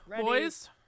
boys